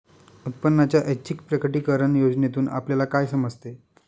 उत्पन्नाच्या ऐच्छिक प्रकटीकरण योजनेतून आपल्याला काय समजते?